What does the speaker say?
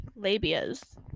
Labias